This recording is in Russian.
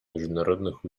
международных